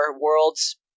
worlds